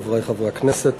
חברי חברי הכנסת,